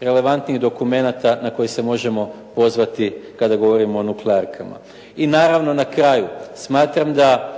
relevantnijih dokumenata na koji se možemo pozvati kada govorimo o nuklearkama. I naravno na kraju, smatram da